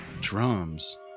drums